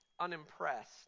unimpressed